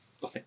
Bye